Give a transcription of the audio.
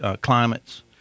climates